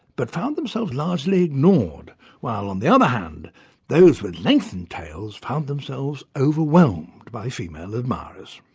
but found themselves largely ignored while on the other hand those with lengthened tails found themselves overwhelmed by female admirers.